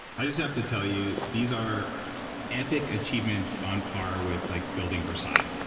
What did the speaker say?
i just have to tell you, these are epic achievements on par with like building versailles,